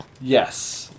yes